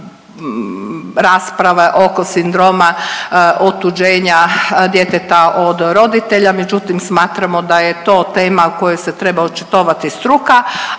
rasprava oko sindroma otuđenja djeteta od roditelja, međutim smatramo da je to tema u kojoj se treba očitovati struka,